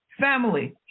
family